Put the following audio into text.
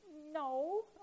No